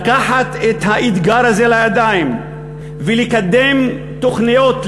לקחת את האתגר הזה לידיים ולקדם תוכניות,